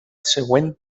següent